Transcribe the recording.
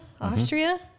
Austria